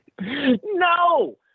No